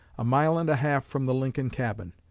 a mile and a half from the lincoln cabin.